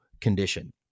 condition